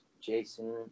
Jason